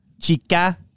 Chica